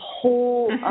whole